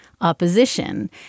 opposition